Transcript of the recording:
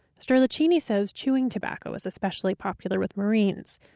sterlachini says chewing-tobacco is especially popular with marines.